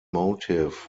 motive